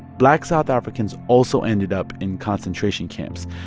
black south africans also ended up in concentration camps.